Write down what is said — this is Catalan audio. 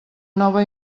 nova